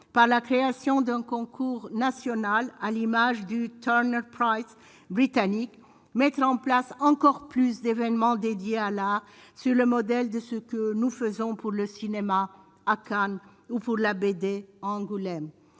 par la création d'un concours national, à l'image du canal prend britannique met en place encore plus d'événements dédiés à la sur le modèle de ce que nous faisons pour le cinéma à Cannes ou faut la BD Angoulême